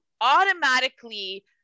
automatically